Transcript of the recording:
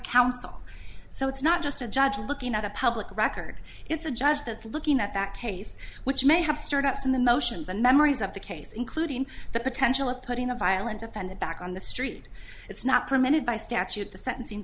counsel so it's not just a judge looking at a public record it's a judge that's looking at that pace which may have stirred up some the motions and memories of the case including the potential of putting a violent offender back on the street it's not permitted by statute the sentencing